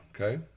okay